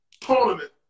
tournament